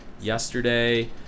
Yesterday